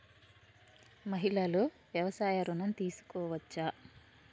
మహిళలు వ్యవసాయ ఋణం తీసుకోవచ్చా?